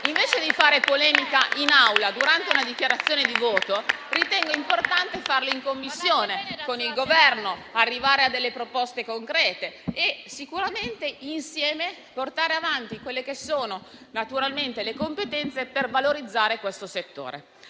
Invece di fare polemica in Aula, durante una dichiarazione di voto, ritengo importante farla in Commissione, con il Governo, per arrivare a delle proposte concrete e per portare avanti insieme le competenze per valorizzare questo settore.